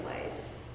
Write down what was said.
place